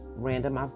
random